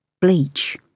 Bleach